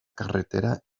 carretera